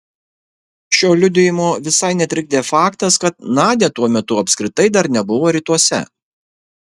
šio liudijimo visai netrikdė faktas kad nadia tuo metu apskritai dar nebuvo rytuose